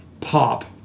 Pop